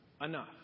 enough